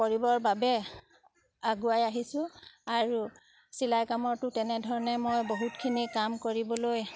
কৰিবৰ বাবে আগুৱাই আহিছোঁ আৰু চিলাই কামতো তেনেধৰণে মই বহুতখিনি কাম কৰিবলৈ